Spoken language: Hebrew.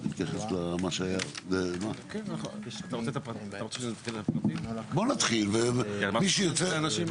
את רוצה להתייחס לסעיפים עכשיו או אחר כך?